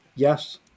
Yes